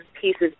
pieces